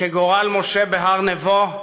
כגורל משה בהר-נבו,